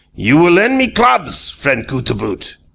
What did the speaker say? you will lend me clobs, friend cootaboot?